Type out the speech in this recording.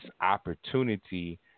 opportunity